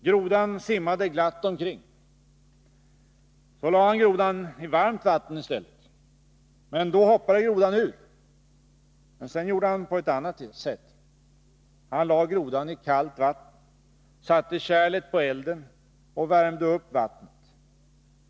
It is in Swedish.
Grodan simmade glatt omkring. Så lade han grodan i varmt vatten i stället, men då hoppade grodan ur. Men sedan gjorde han på ett annat sätt: Han lade grodan ikallt vatten, satte kärlet på elden och värmde upp vattnet.